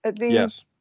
Yes